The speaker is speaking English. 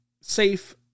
safe